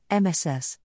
MSS